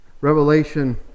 Revelation